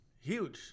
huge